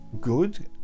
good